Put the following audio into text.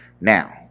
Now